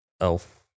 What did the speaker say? elf